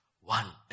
One